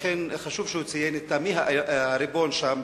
לכן, חשוב שהוא ציין מי הריבון שם,